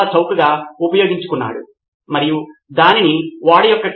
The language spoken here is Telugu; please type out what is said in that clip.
కాబట్టి ఇది మళ్ళీ మనం ఉపయోగిస్తున్న రిపోజిటరీకి నేరుగా అనుసంధానము చేయబడింది